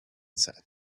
said